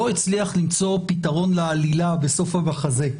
לא הצליח למצוא פתרון לעלילה בסוף המחזה,